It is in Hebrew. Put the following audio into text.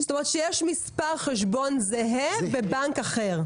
זאת אומרת, שיש מספר חשבון זהה בבנק אחר.